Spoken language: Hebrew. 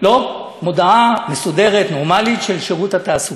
מודעה מסודרת, נורמלית, של שירות התעסוקה.